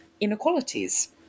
inequalities